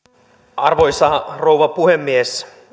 arvoisa rouva puhemies